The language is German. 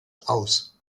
aus